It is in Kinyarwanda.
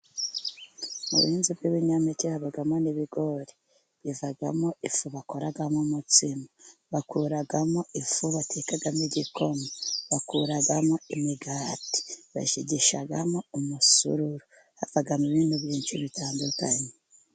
Mu buhinzi bw'ibinyampeke habamo n'ibigori, bivamo ifu bakoramo umutsima, bakuramo ifu batekamo igikoma, bakuramo imigati, bashigishamo umusururu, havamo ibintu byinshi bitandukanye.